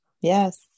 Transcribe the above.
Yes